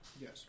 Yes